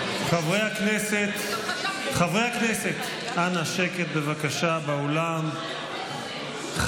חברי הכנסת, אנא, שקט באולם, בבקשה.